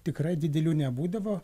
tikrai didelių nebūdavo